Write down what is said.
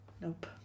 Nope